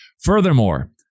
furthermore